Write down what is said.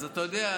אז אתה יודע,